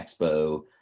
expo